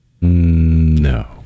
No